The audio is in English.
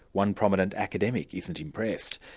one prominent academic isn't impressed.